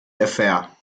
affair